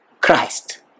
Christ